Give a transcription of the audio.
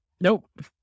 Nope